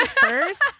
first